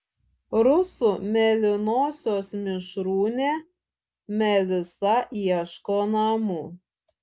rusų mėlynosios mišrūnė melisa ieško namų